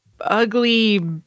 ugly